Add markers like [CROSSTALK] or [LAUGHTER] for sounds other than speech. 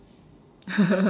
[LAUGHS]